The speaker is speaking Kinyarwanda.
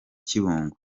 kibungo